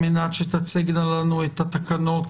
על מנת שתצגנה לנו את התקנות